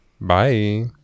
Bye